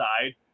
side